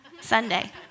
Sunday